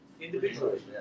individually